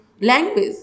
language